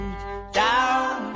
down